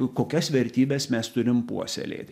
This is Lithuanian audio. kokias vertybes mes turim puoselėt